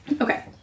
Okay